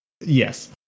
Yes